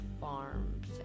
farms